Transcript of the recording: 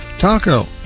Taco